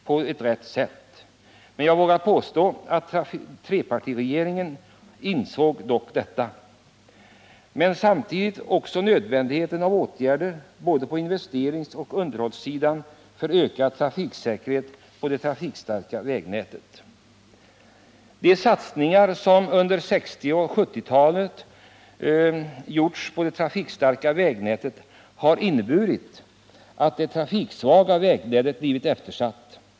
Jag vågar dock påstå att trepartiregeringen insåg detta, liksom samtidigt nödvändigheten av åtgärder för ökad trafiksäkerhet på det trafikstarka vägnätet såväl på investeringssom på underhållssidan. De satsningar som under 1960 och 1970-talen gjorts på det trafikstarka vägnätet har inneburit att det trafiksvaga vägnätet blivit eftersatt.